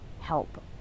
help